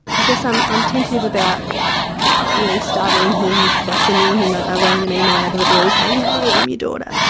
i guess i'm i'm tentative about really startling him by sending him a ah random email out of the blue saying, hey, i'm your daughter.